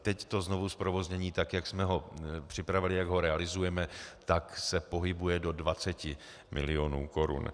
Teď to znovuzprovoznění, tak jak jsme ho připravili, jak ho realizujeme, se pohybuje do 20 mil. korun.